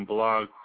Blog